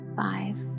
five